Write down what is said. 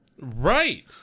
Right